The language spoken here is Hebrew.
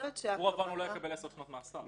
עבור עוון הוא לא יקבל 10 שנות מאסר.